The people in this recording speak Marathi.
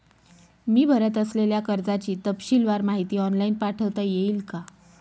मी भरत असलेल्या कर्जाची तपशीलवार माहिती ऑनलाइन पाठवता येईल का?